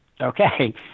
Okay